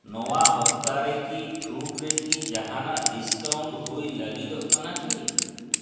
ᱱᱚᱣᱟ ᱦᱚᱯᱛᱟᱨᱮ ᱠᱤ ᱯᱷᱨᱩᱴ ᱨᱮᱠᱤ ᱡᱟᱦᱟᱱᱟᱜ ᱰᱤᱥᱠᱟᱣᱩᱱᱴ ᱦᱩᱭ ᱞᱟᱹᱜᱤᱫᱚᱜ ᱠᱟᱱᱟ ᱠᱤ